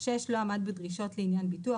לא עמד בדרישות לעניין ביטוח,